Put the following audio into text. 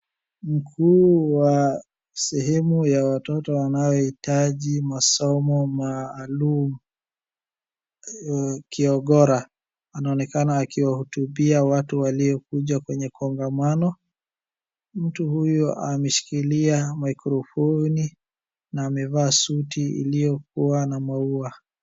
Mkuu wa sehemu ya watoto wanaohitaji masomo maalum, Kiogora anaonekana akiwahutubia watu walio kuja kwenye kongamano. Mtu huyu ameshikilia mikrofoni na amevaa suti iliyo kuwa na maua.